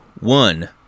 one